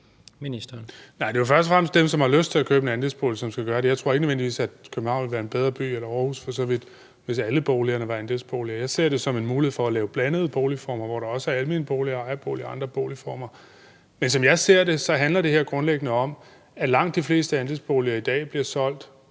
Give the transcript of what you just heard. det er først og fremmest dem, som har lyst til at købe en andelsbolig, som skal gøre det. Jeg tror ikke nødvendigvis, at København – eller Aarhus for så vidt – ville være en bedre by, hvis alle boligerne var andelsboliger. Jeg ser det som en mulighed for at lave blandede boligformer, hvor der også er almene boliger og ejerboliger og andre boligformer. Men som jeg ser det, handler det her grundlæggende om, at langt de fleste andelsboliger i dag bliver solgt